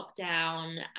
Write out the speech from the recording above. lockdown